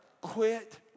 Quit